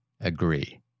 agree